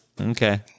Okay